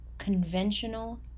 conventional